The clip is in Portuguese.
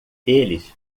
eles